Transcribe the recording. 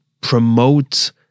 promote